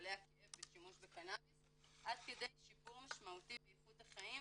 מטופלי הכאב בשימוש בקנאביס עד כדי שיפור משמעותי באיכות החיים